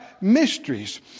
mysteries